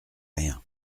rien